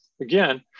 again